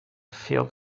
filled